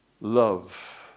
Love